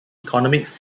economics